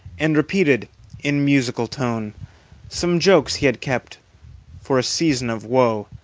and repeated in musical tone some jokes he had kept for a season of woe